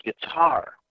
guitar